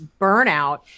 burnout